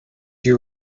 you